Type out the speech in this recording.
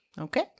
Okay